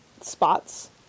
spots